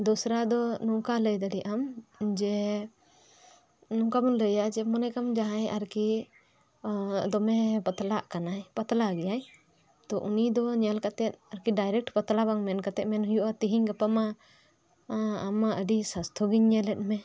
ᱫᱚᱥᱟᱨᱟ ᱫᱚ ᱱᱚᱝᱠᱟ ᱞᱟᱹᱭ ᱫᱟᱲᱮᱭᱟᱢ ᱡᱮ ᱱᱚᱝᱠᱟ ᱵᱚ ᱞᱟᱹᱭᱟ ᱢᱚᱱᱮ ᱠᱟᱜ ᱢᱮ ᱡᱟᱦᱟᱭ ᱟᱨᱠᱤ ᱫᱚᱢᱮ ᱯᱟᱛᱞᱟᱜ ᱠᱟᱱᱟᱭ ᱯᱟᱛᱞᱟ ᱜᱮᱭᱟ ᱛᱳ ᱩᱱᱤ ᱫᱚ ᱧᱮᱞ ᱠᱟᱛᱮ ᱰᱟᱭᱨᱮᱠᱴ ᱯᱟᱛᱞᱟ ᱵᱟᱝ ᱢᱮᱱ ᱠᱟᱛᱮ ᱢᱮᱱ ᱦᱩᱭᱩᱜᱼᱟ ᱛᱤᱦᱤᱧ ᱜᱟᱯᱟ ᱢᱟ ᱟᱢ ᱢᱟ ᱟᱹᱰᱤ ᱥᱟᱥᱛᱷᱚ ᱜᱮᱧ ᱧᱮᱞᱮᱫ ᱢᱮ